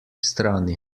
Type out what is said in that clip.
strani